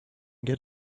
get